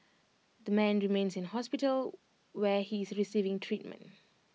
the man remains in hospital where he is receiving treatment